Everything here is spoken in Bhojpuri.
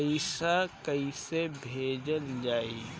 पैसा कैसे भेजल जाइ?